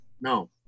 No